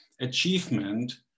achievement